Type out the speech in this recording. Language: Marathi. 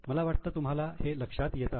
मला वाटतं तुम्हाला हे लक्षात येतं आहे